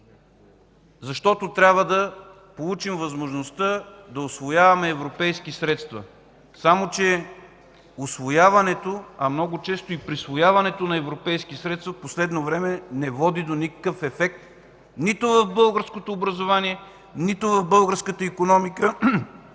защото трябва да получим възможността да усвояваме европейски средства. Само че усвояването, а много често и присвояването на европейски средства, в последно време не води до никакъв ефект – нито в българското образование, нито в българската икономика,